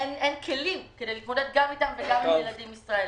אין כלים כדי להתמודד עם איתם וגם עם ילדים ישראלים.